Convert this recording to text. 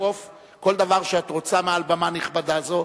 לתקוף כל דבר שאת רוצה מעל בימה נכבדה זו,